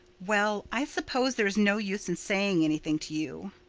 well, i suppose there is no use in saying anything to you.